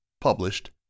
Published